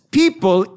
people